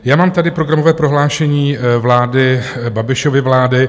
Já mám tady programové prohlášení vlády, Babišovy vlády.